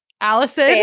Allison